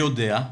מי יודע,